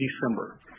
December